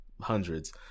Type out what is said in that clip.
hundreds